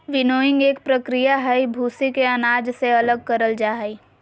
winnowing एक प्रक्रिया हई, भूसी के अनाज से अलग करल जा हई